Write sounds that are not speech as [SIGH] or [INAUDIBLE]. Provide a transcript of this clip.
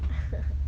[LAUGHS]